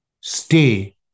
stay